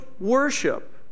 worship